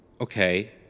Okay